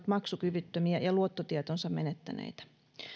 maksukyvyttömiä ja luottotietonsa menettäneitä